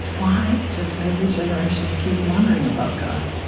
why does every generation keep wondering about god?